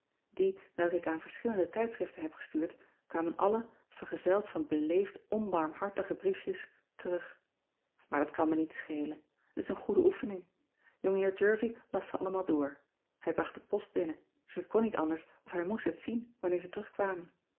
ie welke ik aan verschillende tijdschriften heb gestuurd kwamen alle vergezeld van beleefd onbarmhartige briefjes terug aar dat kan me niets schelen et is een goede oefening ongeheer ervie las ze allemaal door ij bracht de post binnen dus het kon niet anders of hij moest het zien wanneer ze terugkwamen